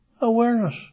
awareness